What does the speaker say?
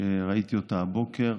שראיתי הבוקר.